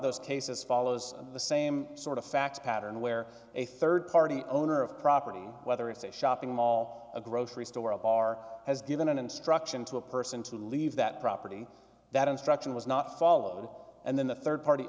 those cases follows the same sort of fact pattern where a rd party owner of property whether it's a shopping mall a grocery store or a bar has given an instruction to a person to leave that property that instruction was not followed and then the rd party